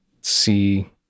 see